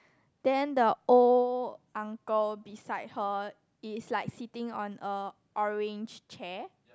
then the old uncle beside her is like sitting on a orange chair